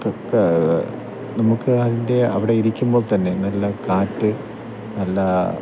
ഒക്കെ നമുക്ക് അതിൻ്റെ അവിടെ ഇരിക്കുമ്പോൾ തന്നെ നല്ല കാറ്റ് നല്ല